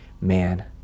man